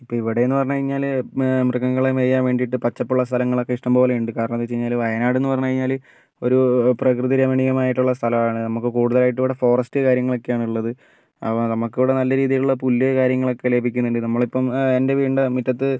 ഇപ്പം ഇവിടേന്ന് പറഞ്ഞ് കഴിഞ്ഞാൽ മൃഗങ്ങളെ മേയാൻ വേണ്ടീട്ട് പച്ചപ്പുള്ള സ്ഥലങ്ങളൊക്കെ ഇഷ്ടംപോലെ ഉണ്ട് കാരണോന്ന് വെച്ച് കഴിഞ്ഞാൽ വയനാടെന്ന് പറഞ്ഞ് കഴിഞ്ഞാൽ ഒരു പ്രകൃതി രമണീയമായിട്ടുള്ള സ്ഥലം ആണ് നമുക്ക് കൂടുതലായിട്ട് ഇവിടെ ഫോറസ്റ്റ് കാര്യങ്ങൾ ഒക്കെയാണ് ഉള്ളത് അപ്പം നമുക്ക് ഇവിടെ നല്ല രീതിയിലുള്ള പുല്ല് കാര്യങ്ങളൊക്കെ ലഭിക്കുന്നുണ്ട് നമ്മളിപ്പം എൻ്റെ വീടിൻ്റെ മിറ്റത്ത്